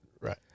right